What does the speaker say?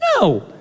No